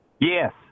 Yes